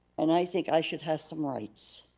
and i think i should have some rights.